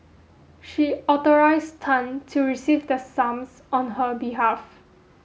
she authorised Tan to receive the sums on her behalf